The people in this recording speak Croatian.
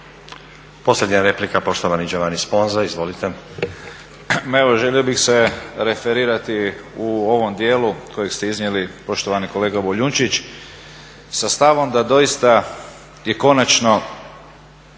Posljednja replika, poštovani Giovanni Sponza. Izvolite. **Sponza, Giovanni (IDS)** Ma evo želio bih se referirati u ovom dijelu koji ste iznijeli poštovani kolega Boljunčić sa stavom da doista je konačno